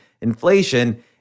inflation